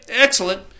excellent